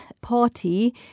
Party